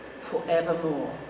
forevermore